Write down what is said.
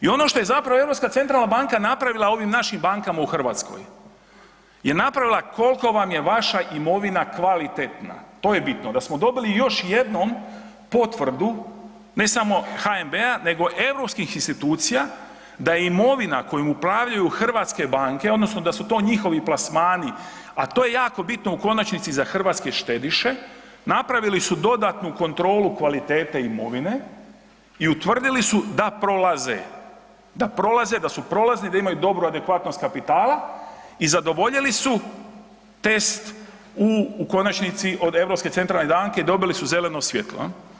I ono što je Europska centralna banka napravila ovim našim bankama u Hrvatskoj je napravila koliko vam je vaša imovina kvalitetna, to je bitno, da smo dobili još jednom potvrdu ne samo HNB-a nego europskih institucija da imovina kojom upravljaju hrvatske banke odnosno da su to njihovi plasmani, a to je jako bitno u konačnici za hrvatske štediše, napravili su dodatnu kontrolu kvalitete imovine i utvrdili su da prolaze, da prolaze, da su prolazni da imaju dobru adekvatnost kapitala i zadovoljili su test u konačnici, od Europske centralne banke dobili su zeleno svjetlo.